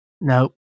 nope